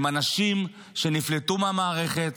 הם אנשים שנפלטו מהמערכת